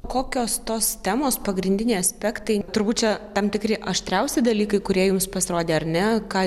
kokios tos temos pagrindiniai aspektai turbūt čia tam tikri aštriausi dalykai kurie jums pasirodė ar ne ką